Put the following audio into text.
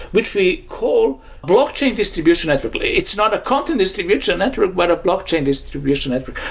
which we call blockchain distribution network. it's not a content distribution network, but a blockchain distribution network.